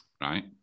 right